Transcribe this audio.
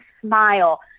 smile